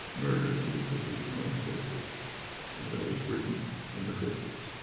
murder him because he was homosexual. and that was britain in the fifty s.